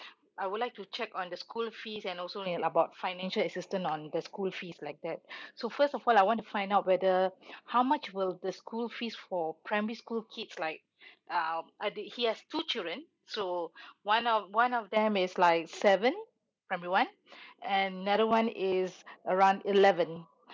I would like to check on the school fees and also uh about financial assistance on the school fees like that so first of all I want to find out whether how much will the school fees for primary school kids like um uh did he has two children so one of one of them is like seven primary one and another one is around eleven